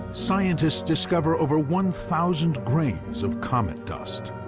scientists discover over one thousand grains of comet dust.